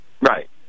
Right